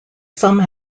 some